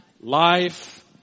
life